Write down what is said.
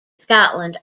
scotland